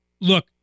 look